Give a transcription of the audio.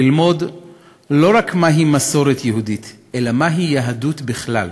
ללמוד לא רק מהי מסורת יהודית אלא מהי יהדות בכלל.